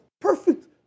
perfect